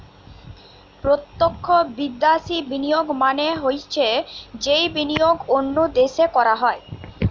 প্রত্যক্ষ বিদ্যাশি বিনিয়োগ মানে হৈছে যেই বিনিয়োগ অন্য দেশে করা হয়